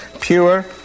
pure